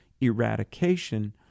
eradication